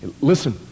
Listen